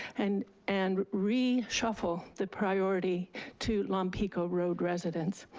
and and reshuffle the priority to lompico road residents.